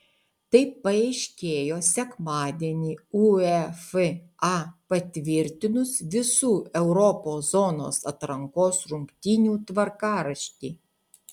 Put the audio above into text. tai paaiškėjo sekmadienį uefa patvirtinus visų europos zonos atrankos rungtynių tvarkaraštį